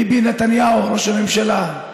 ביבי נתניהו, ראש הממשלה.